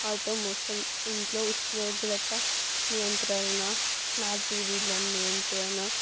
automation ఇంట్లో ఉష్ణోగ్రత నియంత్రణ స్మార్ట్ టీవీల నియంత్రణ